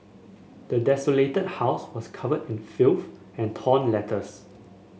the desolated house was covered in filth and torn letters